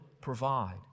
provide